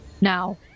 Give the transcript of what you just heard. now